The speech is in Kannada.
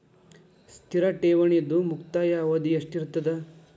ಸ್ಥಿರ ಠೇವಣಿದು ಮುಕ್ತಾಯ ಅವಧಿ ಎಷ್ಟಿರತದ?